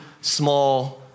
small